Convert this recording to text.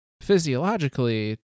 physiologically